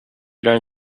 learn